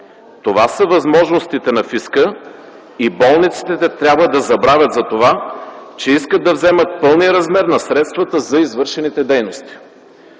„Това са възможностите на фиска и болниците трябва да забравят за това, че искат да вземат пълния размер на средствата за извършените дейности”.